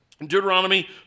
Deuteronomy